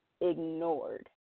ignored